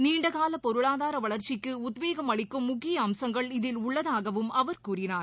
நீண்டகால பொருளாதார வளர்ச்சிக்கு உத்வேகம் அளிக்கும் முக்கிய அம்சங்கள் இதில் உள்ளதாகவும் அவர் கூறினார்